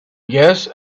guess